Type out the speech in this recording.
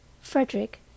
Frederick